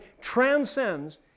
transcends